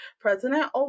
President